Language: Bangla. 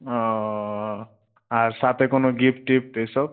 ও আর সাথে কোনো গিফট টিফট এসব